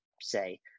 say